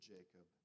Jacob